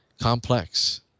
complex